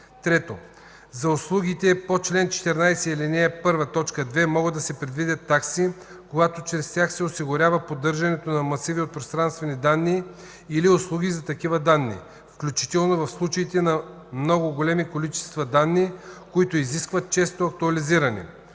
(3) За услугите по чл. 14, ал. 1, т. 2 могат да се предвидят такси, когато чрез тях се осигурява поддържането на масиви от пространствени данни или услуги за такива данни, включително в случаите на много големи количества данни, които изискват често актуализиране.